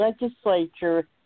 Legislature